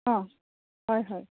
অঁ হয় হয়